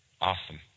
Awesome